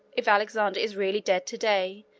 if alexander is really dead to-day,